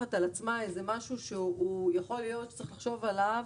לוקחת על עצמה משהו שיכול להיות שצריך לחשוב עליו.